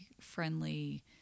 friendly